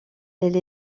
elle